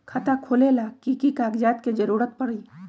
खाता खोले ला कि कि कागजात के जरूरत परी?